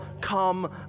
come